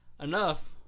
enough